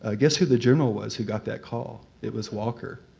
ah guess who the general was who got that call? it was walker.